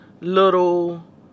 little